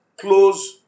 close